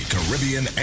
Caribbean